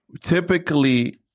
Typically